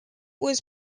was